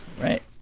Right